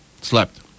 slept